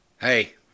Hey